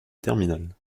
terminal